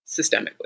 systemically